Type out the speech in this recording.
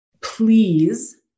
please